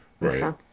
right